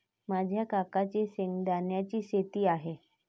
माझ्या काकांची शेंगदाण्याची शेती आहे